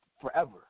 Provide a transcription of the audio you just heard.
forever